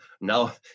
Now